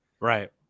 Right